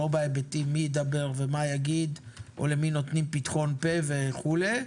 לא בהיבטים מי ידבר ומה יגיד או למי נותנים פתחון פה וכולי.